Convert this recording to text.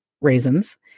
raisins